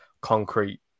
concrete